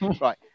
Right